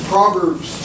Proverbs